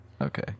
Okay